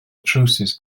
trowsus